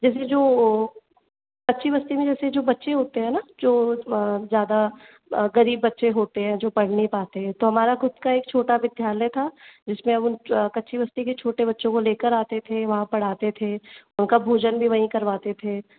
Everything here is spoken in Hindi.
जैसे जो कच्ची बस्ती में जैसे जो बच्चे होते हैं न जो ज़्यादा गरीब बच्चे होते हैं जो पढ़ नहीं पाते हैं तो हमारा ख़ुद का एक छोटा विद्यालय था जिसमें हम उन कच्ची बस्ती के छोटे बच्चों को लेकर आते थे वहाँ पढ़ाते थे उनका भोजन भी वहीं करवाते थे